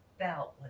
felt